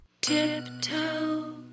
Tiptoe